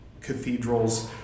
cathedrals